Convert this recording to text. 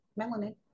melanin